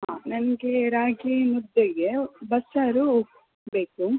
ಹಾಂ ನನಗೆ ರಾಗಿ ಮುದ್ದೆಗೆ ಬಸ್ಸಾರು ಬೇಕು